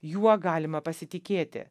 juo galima pasitikėti